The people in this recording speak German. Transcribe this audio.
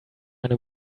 eine